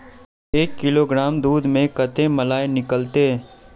एक किलोग्राम दूध में कते मलाई निकलते?